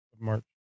March